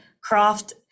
craft